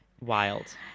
wild